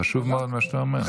חשוב מאוד, מה שאתה אומר.